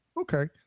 okay